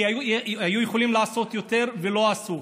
כי היו יכולים לעשות יותר ולא עשו.